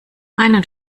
einen